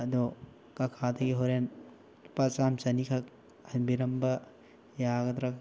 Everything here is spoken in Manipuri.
ꯑꯗꯣ ꯀꯀꯥꯗꯒꯤ ꯍꯣꯔꯦꯟ ꯂꯨꯄꯥ ꯆꯥꯝ ꯆꯅꯤꯈꯛ ꯍꯟꯕꯤꯔꯝꯕ ꯌꯥꯒꯗ꯭ꯔꯥ